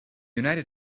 united